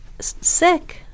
sick